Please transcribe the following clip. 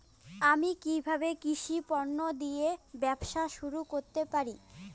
আমি কিভাবে কৃষি পণ্য দিয়ে ব্যবসা শুরু করতে পারি?